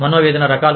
మనోవేదనల రకాలు